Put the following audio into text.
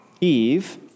Eve